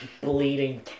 bleeding